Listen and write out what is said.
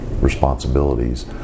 responsibilities